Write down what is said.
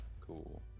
cool